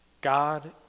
God